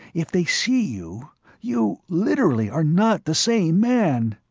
if they see you you literally are not the same man!